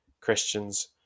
christians